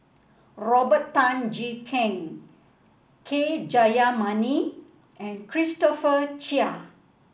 Robert Tan Jee Keng K Jayamani and Christopher Chia